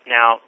Now